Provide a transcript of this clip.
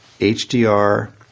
HDR